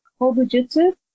kobujutsu